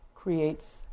creates